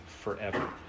forever